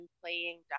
playing